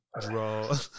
draw